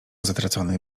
zatracony